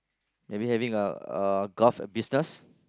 maybe having a a golf business